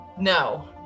No